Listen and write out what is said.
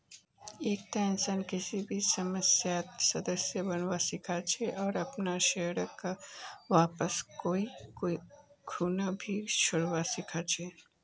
एकता इंसान किसी भी समयेत सदस्य बनवा सीखा छे आर अपनार शेयरक वापस करे कोई खूना भी छोरवा सीखा छै